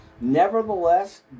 Nevertheless